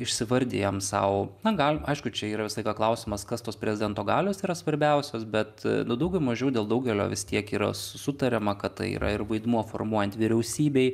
įsivardijame sau na gal aišku čia yra visą laiką klausimas kas tos prezidento galios yra svarbiausios bet nu daugiau mažiau dėl daugelio vis tiek yra sutariama kad tai yra ir vaidmuo formuojant vyriausybei